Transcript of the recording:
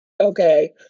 okay